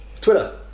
Twitter